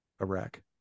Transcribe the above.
Iraq